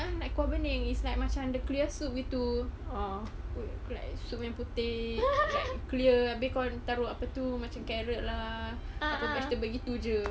ah like ku burning it's like macam dia clear soup begitu soup putih like clear habis kau entah apa tu macam carrot lah apa vegetable gitu jer